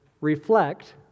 reflect